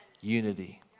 unity